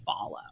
follow